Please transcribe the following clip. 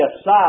aside